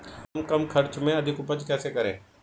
हम कम खर्च में अधिक उपज कैसे करें?